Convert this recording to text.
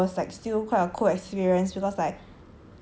overall it was like still quite a cool experience because like